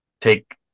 take